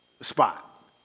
spot